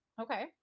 okay